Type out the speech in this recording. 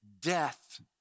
death